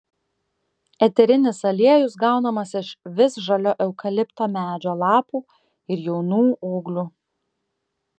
eterinis aliejus gaunamas iš visžalio eukalipto medžio lapų ir jaunų ūglių